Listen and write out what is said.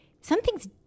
something's